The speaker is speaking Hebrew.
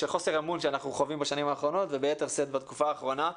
צריך לעשות הכול כדי להימנע מלהגביל הפגנות.